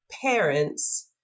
parents